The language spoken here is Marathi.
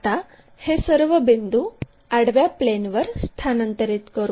आता हे सर्व बिंदू आडव्या प्लेनवर स्थानांतरित करू